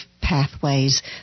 pathways